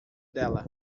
dela